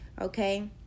Okay